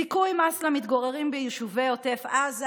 זיכוי מס למתגוררים ביישובי עוטף עזה,